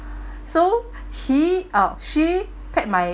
so he uh she take my